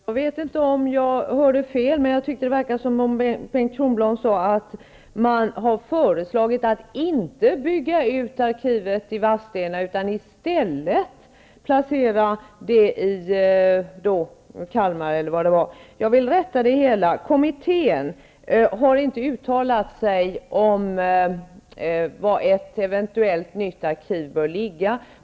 Herr talman! Jag vet inte om jag hörde fel, men jag tyckte att det verkade som om Bengt Kronblad sade att man har föreslagit att landsarkivet i Vadstena inte skall byggas ut, utan man skall i stället placera det i Kalmar. Jag vill göra ett tillrättaläggande. Kommittén har inte uttalat sig om var ett eventuellt nytt arkiv bör ligga.